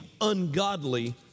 ungodly